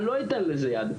אני לא אתן לזה יד.